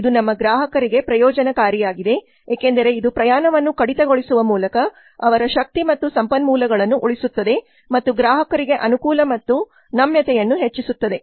ಇದು ನಮ್ಮ ಗ್ರಾಹಕರಿಗೆ ಪ್ರಯೋಜನಕಾರಿಯಾಗಿದೆ ಏಕೆಂದರೆ ಇದು ಪ್ರಯಾಣವನ್ನು ಕಡಿತಗೊಳಿಸುವ ಮೂಲಕ ಅವರ ಶಕ್ತಿ ಮತ್ತು ಸಂಪನ್ಮೂಲಗಳನ್ನು ಉಳಿಸುತ್ತದೆ ಮತ್ತು ಗ್ರಾಹಕರಿಗೆ ಅನುಕೂಲ ಮತ್ತು ನಮ್ಯತೆಯನ್ನು ಹೆಚ್ಚಿಸುತ್ತದೆ